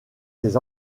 ses